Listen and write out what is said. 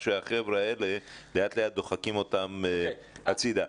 איך שהחבר'ה האלה לאט לאט דוחקים אותם הצידה.